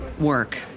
work